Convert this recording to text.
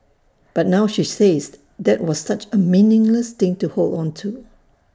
but now she says that was such A meaningless thing to hold on to